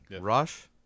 rush